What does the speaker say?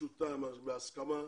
פשוטה, בהסכמה.